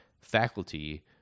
faculty